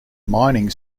mining